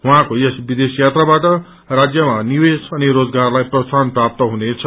उहाँको यस विदेश यात्राबाट राज्यमा निवेश अनि रोजगारलाई प्रोत्साहन प्राप्त हुनेछ